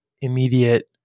immediate